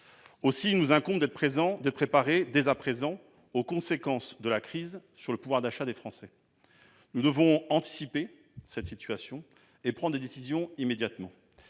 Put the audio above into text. Il nous incombe donc d'être préparés dès à présent aux conséquences de la crise sur le pouvoir d'achat des Français. Nous devons anticiper cette situation et prendre des décisions immédiatement.